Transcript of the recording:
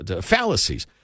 fallacies